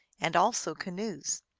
and also canoes.